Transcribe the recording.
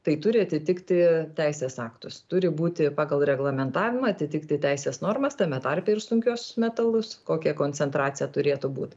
tai turi atitikti teisės aktus turi būti pagal reglamentavimą atitikti teisės normas tame tarpe ir sunkiuosius metalus kokia koncentracija turėtų būt